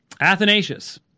Athanasius